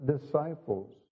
disciples